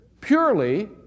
purely